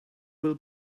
will